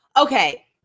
Okay